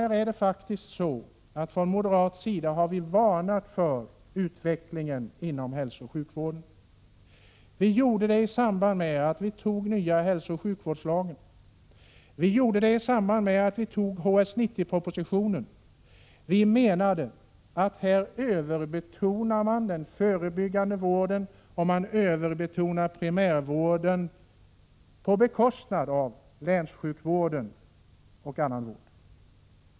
Det är faktiskt så att vi från moderat sida har varnat för utvecklingen inom hälsooch sjukvården. Vi gjorde det i samband med att riksdagen antog den nya hälsooch sjukvårdslagen, och vi gjorde det i samband med att riksdagen fattade beslut om HS 90-propositionen. Vi menade att man här överbetonar den förebyggande vården och primärvården på bekostnad av länssjukvården och annan vård.